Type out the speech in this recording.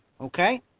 Okay